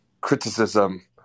criticism